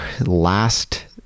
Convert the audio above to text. last